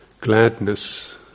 gladness